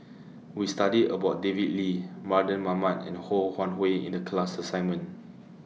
We studied about David Lee Mardan Mamat and Ho Wan Hui in The class assignment